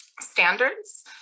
standards